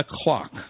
o'clock